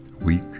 weak